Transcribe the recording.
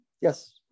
Yes